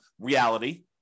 reality